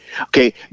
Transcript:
okay